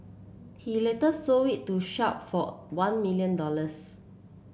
he later sold it to Sharp for one million dollars